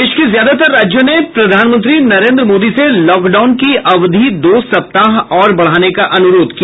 देश के ज्यादातर राज्यों ने प्रधानमंत्री नरेन्द्र मोदी से लॉकडाउन की अवधि दो सप्ताह और बढ़ाने का अनुरोध किया